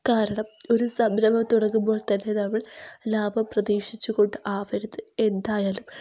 കാരണം ഒരു സംരംഭം തുടങ്ങുമ്പോൾ തന്നെ നമ്മൾ ലാഭം പ്രതീക്ഷിച്ചുകൊണ്ട് ആവരുത് എന്തായാലും